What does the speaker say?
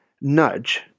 nudge